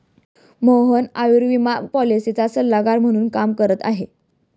मोहन आयुर्विमा पॉलिसीचा सल्लागार म्हणून काम करत आहे